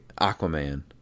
Aquaman